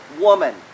woman